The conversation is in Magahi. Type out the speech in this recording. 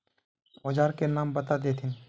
औजार के नाम बता देथिन?